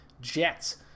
Jets